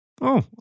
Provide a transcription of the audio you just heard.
Oh